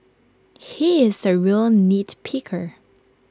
he is A real nitpicker